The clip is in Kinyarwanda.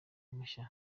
mushya